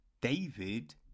David